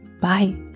Bye